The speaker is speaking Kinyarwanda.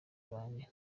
banjye